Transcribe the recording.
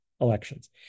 elections